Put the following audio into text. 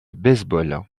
baseball